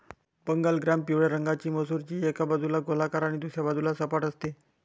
Bengal gram पिवळ्या रंगाची मसूर, जी एका बाजूला गोलाकार आणि दुसऱ्या बाजूला सपाट असते